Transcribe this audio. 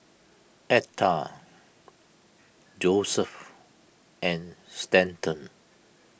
Etha Joesph and Stanton